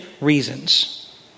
reasons